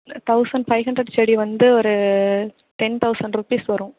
thousand five hundred செடி வந்து ஒரு டென் தௌசண்ட் ருபீஸ் வரும்